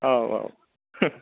औ औ